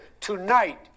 tonight